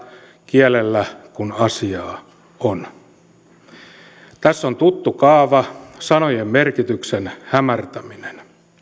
kielellä kuin asiaa on tässä on tuttu kaava sanojen merkityksen hämärtäminen